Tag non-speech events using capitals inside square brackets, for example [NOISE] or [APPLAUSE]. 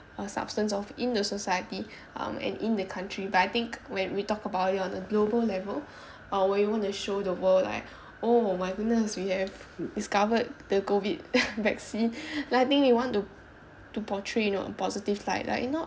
substance of in the society um and in the country but I think when we talk about it on a global level uh what you want to show the world like oh my goodness we have discovered the COVID [NOISE] vaccine [BREATH] like I think we want to to portray you know a positive like like not